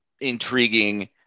intriguing